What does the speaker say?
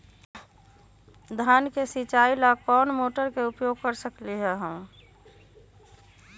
धान के सिचाई ला कोंन मोटर के उपयोग कर सकली ह?